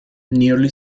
nearly